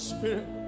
Spirit